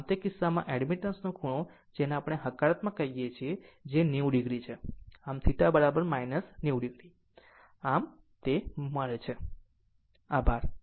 આમ તે કિસ્સામાં એડમિટન્સ નો ખૂણો એ છે જેને આપણે હકારાત્મક કહીએ છીએ જે 90 o છે અને આમθ 90 o આમ આ છે